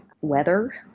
weather